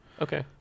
Okay